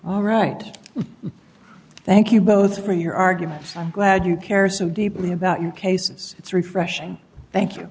all right thank you both for your arguments i'm glad you care so deeply about your cases it's refreshing thank you